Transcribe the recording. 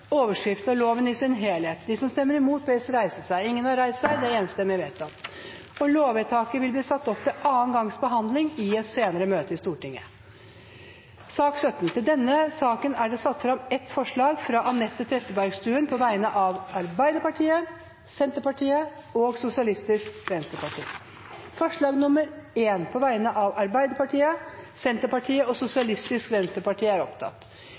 overskrift og loven i sin helhet. Lovvedtaket vil bli satt opp til andre gangs behandling i et senere møte i Stortinget. Under debatten er det satt fram i alt fire forslag. Det er forslagene nr. 1–3, fra Christian Tynning Bjørnø på vegne av Arbeiderpartiet, Senterpartiet og Sosialistisk Venstreparti forslag nr. 4, fra Christian Tynning Bjørnø på vegne av Arbeiderpartiet Det voteres over forslagene nr. 2 og 3, fra Arbeiderpartiet, Senterpartiet og Sosialistisk Venstreparti.